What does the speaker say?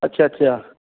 ਅੱਛਾ ਅੱਛਾ